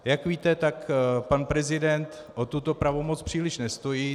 Jak víte, tak pan prezident o tuto pravomoc příliš nestojí.